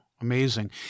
Amazing